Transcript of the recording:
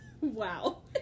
wow